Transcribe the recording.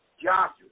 Joshua